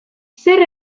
zer